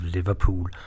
Liverpool